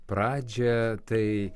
pradžią tai